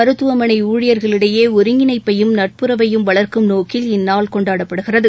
மருத்துவமனை ஊழியர்களிடையே ஒருங்கிணைப்பையும் நட்புறவையும் வளர்க்கும் நோக்கில் இந்நாள் கொண்டாடப்படுகிறது